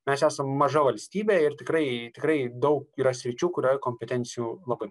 mes esam maža valstybė ir tikrai tikrai daug yra sričių kurioj kompetencijų blogai